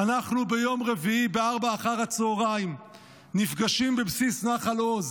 "אנחנו ביום רביעי ב-16:00 נפגשים בבסיס נחל עוז